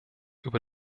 über